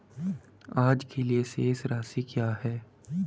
आज के लिए शेष राशि क्या है?